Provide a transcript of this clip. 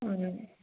हूं